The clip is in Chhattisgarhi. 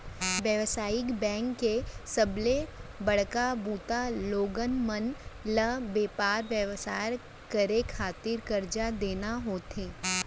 बेवसायिक बेंक के सबले बड़का बूता लोगन मन ल बेपार बेवसाय करे खातिर करजा देना होथे